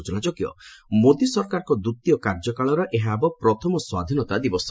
ସୂଚନାଯୋଗ୍ୟ ମୋଦି ସରକାରଙ୍କ ଦ୍ୱିତୀୟ କାର୍ଯ୍ୟକାଳର ଏହା ହେବ ପ୍ରଥମ ସ୍ୱାଧୀନତା ଦିବସ